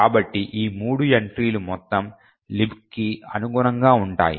కాబట్టి ఈ మూడు ఎంట్రీలు మొత్తం లిబ్క్కి అనుగుణంగా ఉంటాయి